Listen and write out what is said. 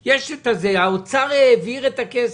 האוצר העביר את הכסף,